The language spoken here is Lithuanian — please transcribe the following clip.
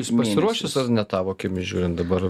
jis pasiruošęs ar ne tavo akimis žiūrint dabar